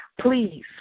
please